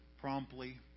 promptly